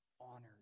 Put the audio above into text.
honored